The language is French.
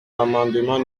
l’amendement